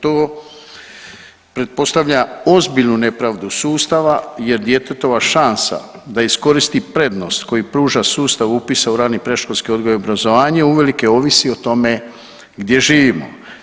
To pretpostavlja ozbiljnu nepravdu sustava jer djetetova šansa da iskoristi prednost koju pruža sustav upisa u rani predškolski odgoj i obrazovanje uvelike ovisi o tome gdje živimo.